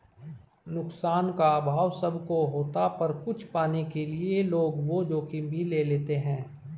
नुकसान का अभाव सब को होता पर कुछ पाने के लिए लोग वो जोखिम भी ले लेते है